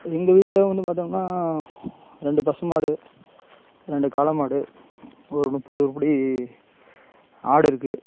எங்கள் வீட்டில் வந்து பார்த்தோம்னா ரெண்டு பசு மாடு ரெண்டு காளை மாடு ஒரு முப்பது பிடி ஆடு இருக்கு